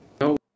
No